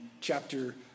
chapter